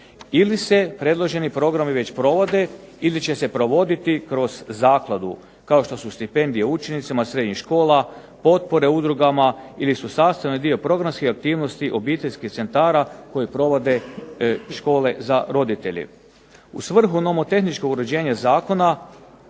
ili se predloženi programi već provode, ili će se provoditi kroz zakladu, kao što su stipendije učenicima srednjih škola, potpore udrugama ili su sastavni dio programskih aktivnosti obiteljskih centara koje provode škole za roditelje. U svrhu nomotehničkog uređenja zakona,